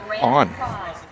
on